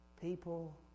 people